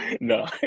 No